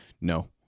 No